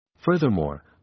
Furthermore